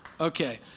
Okay